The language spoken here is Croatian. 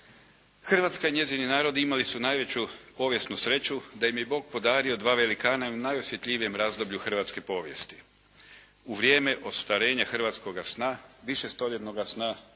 Hrvatska i njezini narodi imali su najveću povijesnu sreću da im je Bog podario dva velikana u najosjetljivijem razdoblju hrvatske povijesti, u vrijeme ostvarenja hrvatskoga sna, višestoljetnoga snaga